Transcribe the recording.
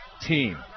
team